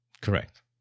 Correct